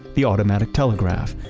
the automatic telegraph,